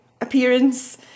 appearance